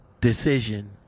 decision